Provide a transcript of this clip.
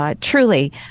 Truly